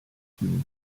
scheduled